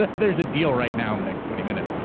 there's a deal right now in the next twenty minutes.